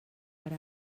per